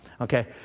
Okay